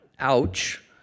ouch